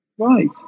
Right